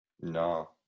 No